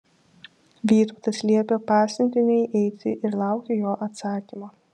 vytautas liepė pasiuntiniui eiti ir laukti jo atsakymo